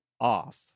off